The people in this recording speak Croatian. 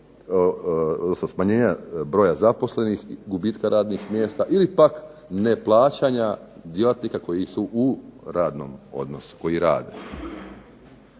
odnosno smanjenja broja zaposlenih, gubitka radnih mjesta ili pak neplaćanja djelatnika koji su u radnom odnosu, koji rade.